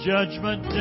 Judgment